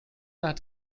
not